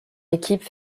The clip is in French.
équipes